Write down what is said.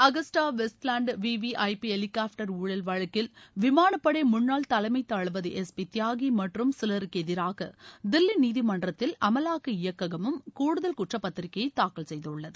Agusta Westland VIP ஐ பி ஹெலிகாப்டர் ஊழல் வழக்கில் விமானப்படை முன்னாள் தலைமை தளபதி எஸ் பி தியாகி மற்றும் சிலருக்கு எதிராக தில்லி நீதிமன்றத்தில் அமலாக்க இயக்ககமும் கூடுதல் குற்றப் பத்திரிகையை தாக்கல் செய்துள்ளது